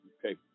Okay